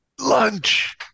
Lunch